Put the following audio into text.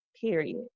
period